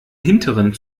hinteren